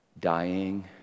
dying